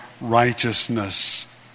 righteousness